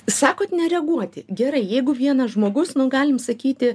sakot nereaguoti gerai jeigu vienas žmogus nu galim sakyti